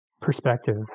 perspective